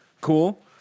Cool